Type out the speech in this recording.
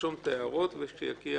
ירשום את ההערות וכשתגיע